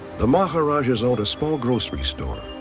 the maharajas owned a small grocery store.